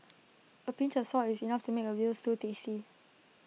A pinch of salt is enough to make A Veal Stew tasty